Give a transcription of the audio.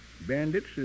Bandits